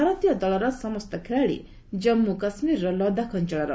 ଭାରତୀୟ ଦଳର ସମସ୍ତ ଖେଳାଳି ଜାନ୍ଗୁ କାଶ୍ମୀରର ଲଦାଖ ଅଞ୍ଚଳର